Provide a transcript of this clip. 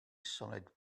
solid